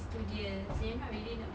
studious they are not really